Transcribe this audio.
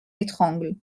étrangle